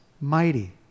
mighty